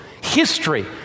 History